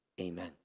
Amen